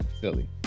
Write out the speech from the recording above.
silly